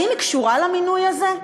האם היא קשורה למינוי הזה?